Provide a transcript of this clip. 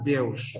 Deus